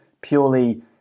purely